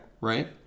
right